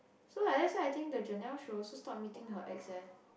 so that's why I think the Jenelle should stop meeting her ex eh